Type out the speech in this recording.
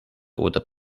oder